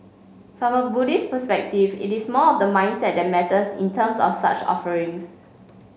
from Buddhist perspective it is more of the mindset that matters in terms of such offerings